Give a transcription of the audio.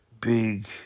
big